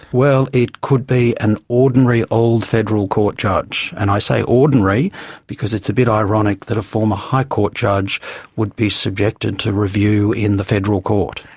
well, it could be an ordinary old federal court judge, and i say ordinary because it's a bit ironic that a former high court judge would be subjected to review in the federal court.